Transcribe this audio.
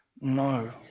No